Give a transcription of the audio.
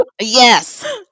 Yes